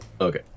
Okay